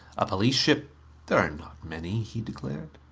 a police ship there are not many, he declared.